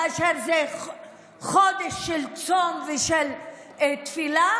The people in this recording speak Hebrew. כאשר זה חודש של צום ושל תפילה.